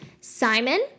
Simon